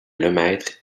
lemaitre